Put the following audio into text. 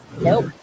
Nope